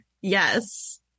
Yes